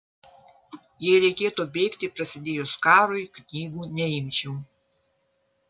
jei reikėtų bėgti prasidėjus karui knygų neimčiau